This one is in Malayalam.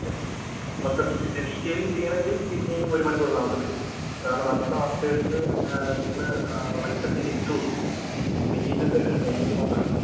ഓക്കെ മൊത്തം പിന്നെ ഡീറ്റെയ്ലിംഗ് ചെയ്യണെങ്കിൽ പിന്നെ ഒരു മണിക്കൂര് താമസം വരും കാരണം അതിനുള്ള വർക്കേഴ്സ് ഇന്ന് വൈകിട്ടത്തിനേ എത്തുകയുള്ളൂ പിന്നെ മെറ്റീരിയൽസ് വരാനുണ്ട് അതുകൊണ്ടു മാത്രമാണ്